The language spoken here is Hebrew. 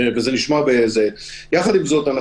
עם זאת,